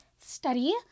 study